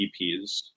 vps